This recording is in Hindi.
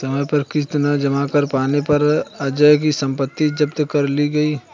समय पर किश्त न जमा कर पाने पर अजय की सम्पत्ति जब्त कर ली गई